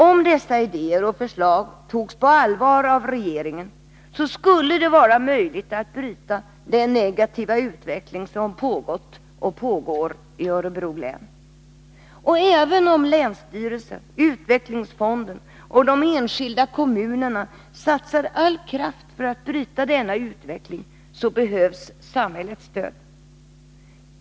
Om dessa idéer och förslag togs på allvar av regeringen skulle det vara möjligt att bryta den negativa utveckling som pågått och pågår i Örebro län. Även om länsstyrelsen, utvecklingsfonden och de enskilda kommunerna satsar all kraft för att bryta denna utveckling behövs samhällets stöd.